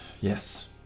Yes